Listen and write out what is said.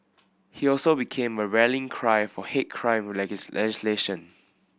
he also became a rallying cry for hate crime legislation